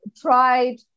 tried